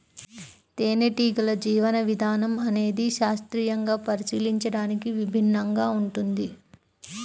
తేనెటీగల జీవన విధానం అనేది శాస్త్రీయంగా పరిశీలించడానికి విభిన్నంగా ఉంటుంది